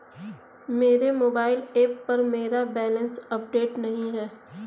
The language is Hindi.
मेरे मोबाइल ऐप पर मेरा बैलेंस अपडेट नहीं है